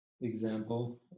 example